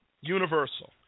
Universal